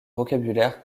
vocabulaire